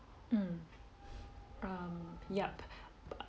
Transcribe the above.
mm um yup